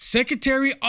Secretary